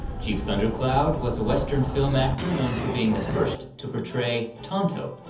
chief thundercloud was a western film actor known for being the first to portray tonto,